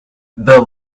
the